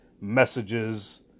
messages